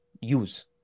use